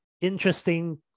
interesting